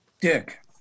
Dick